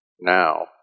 now